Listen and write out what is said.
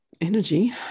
energy